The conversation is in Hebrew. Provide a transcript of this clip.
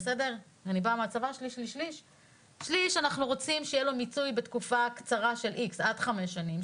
'1/3 אנחנו רוצים שיהיה לו מיצוי בתקופה קצרה של עד חמש שנים,